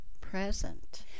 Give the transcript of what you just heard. present